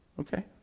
Okay